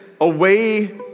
away